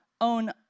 own